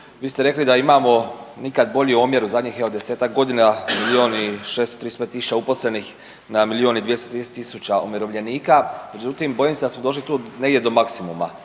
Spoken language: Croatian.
Vi ste rekli da imamo nikad bolji omjer, u zadnjih evo, 10-ak godina, milijun i 635 tisuća uposlenih na milijun i 230 tisuća umirovljenika međutim, bojim se da smo došli tu negdje do maksimuma.